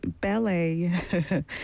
ballet